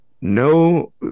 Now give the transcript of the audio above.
No